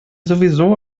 sowieso